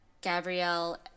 Gabrielle